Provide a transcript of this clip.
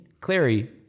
Clary